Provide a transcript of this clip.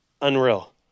unreal